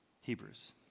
Hebrews